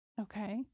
Okay